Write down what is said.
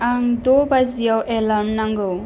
आंनो द' बाजियाव एलार्म नांगौ